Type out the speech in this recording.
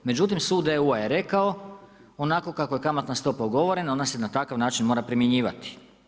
Međutim, sud EU je rekao, onako kako je kamatna stopa ugovorena ona se na takav način mora primjenjivati.